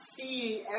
seeing